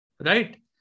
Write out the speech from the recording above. Right